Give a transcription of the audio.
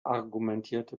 argumentierte